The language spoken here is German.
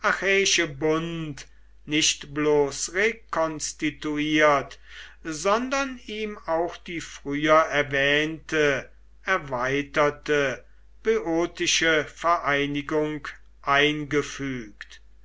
nicht bloß rekonstituiert sondern ihm auch die früher erwähnte erweiterte böotische vereinigung eingefügt